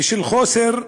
בשל מחסור בכוח-אדם,